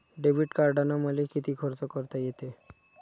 Debit कार्डानं मले किती खर्च करता येते?